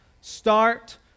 start